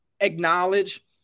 acknowledge